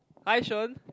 hi Shen